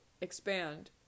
expand